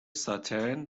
ساتِرن